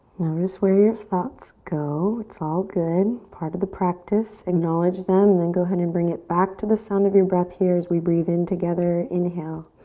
notice where your thoughts go. it's all good. part of the practice. acknowledge them, then go ahead and bring it back to the sound of your breath here as we breathe in together. inhale.